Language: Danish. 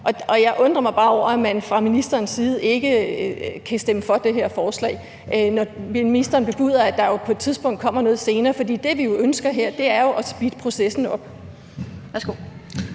Og jeg undrer mig bare over, at man fra ministerens side ikke kan stemme for det her forslag, når ministeren bebuder, at der på et senere tidspunkt kommer noget. For det, vi jo ønsker her, er at speede processen op.